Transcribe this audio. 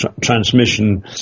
transmission